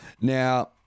Now